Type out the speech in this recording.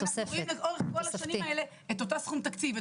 כי אנחנו רואים לאורך כל השנים האלה את אותו סכום תקציב,